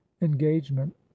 engagement